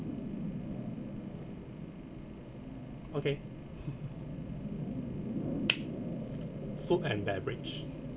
okay food and beverage